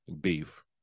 beef